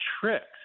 tricks